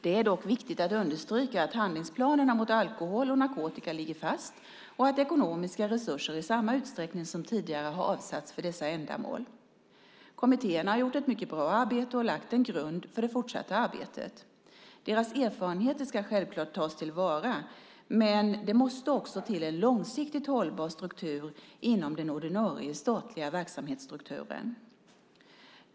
Det är dock viktigt att understryka att handlingsplanerna mot alkohol och narkotika ligger fast och att ekonomiska resurser i samma utsträckning som tidigare har avsatts för dessa ändamål. Kommittéerna har gjort ett mycket bra arbete och lagt en grund för det fortsatta arbetet. Deras erfarenheter ska självfallet ska tas till vara, men det måste också till en långsiktigt hållbar lösning inom den ordinarie statliga verksamhetsstrukturen.